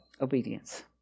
Obedience